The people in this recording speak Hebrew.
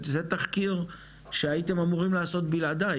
זה תחקיר שהייתם אמורים לעשות בלעדי.